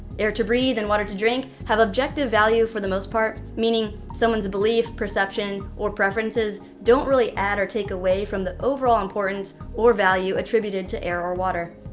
air to breathe and water to drink have objective value for the most part, meaning someone's belief, perception, or preferences don't really add or take away from the overall importance or value attributed to air or water.